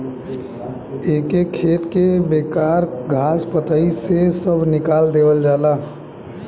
एके खेत के बेकार घास पतई से सभ निकाल देवल जाला